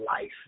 life